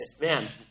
man